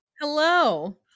hello